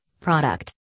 product